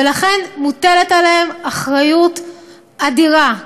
ולכן מוטלת עליהם אחריות אדירה,